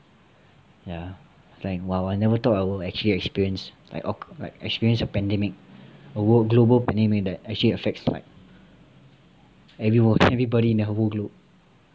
ya like !wow! I never thought I'll actually experience like experience a pandemic a world global pandemic that actually affects like everybody in the whole globe